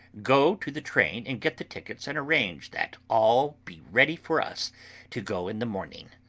go to the train and get the tickets and arrange that all be ready for us to go in the morning.